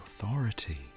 authority